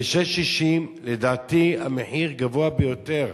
ו-6.60, לדעתי המחיר גבוה ביותר.